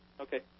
Okay